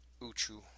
Uchu